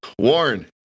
Warren